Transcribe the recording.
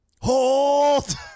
HOLD